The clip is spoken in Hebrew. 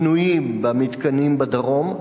פנויים במתקנים בדרום,